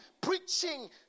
preaching